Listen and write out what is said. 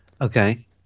Okay